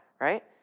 right